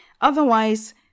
Otherwise